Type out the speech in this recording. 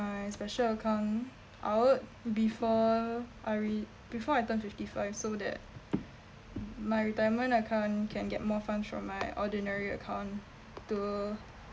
my special account out before I re~ before I turn fifty-five so that my retirement account can get more funds from my ordinary account to